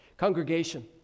Congregation